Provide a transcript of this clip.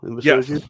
Yes